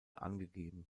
angegeben